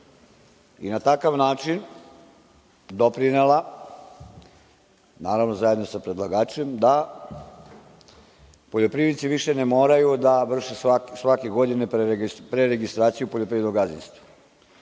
i na takav način doprinela, naravno, zajedno sa predlagačem, da poljoprivrednici ne moraju više da vrše svake godine preregistraciju poljoprivrednog gazdinstva.